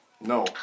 No